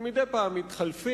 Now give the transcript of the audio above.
שמדי פעם מתחלפים,